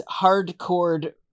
hardcore